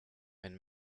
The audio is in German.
wenn